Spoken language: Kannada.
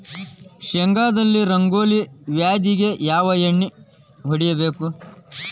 ಶೇಂಗಾದಲ್ಲಿ ರಂಗೋಲಿ ವ್ಯಾಧಿಗೆ ಯಾವ ಎಣ್ಣಿ ಹೊಡಿಬೇಕು?